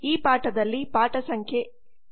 ಈ ಪಾಠದಲ್ಲಿ ಪಾಠ ಸಂಖ್ಯೆ 8